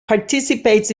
participates